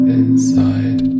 inside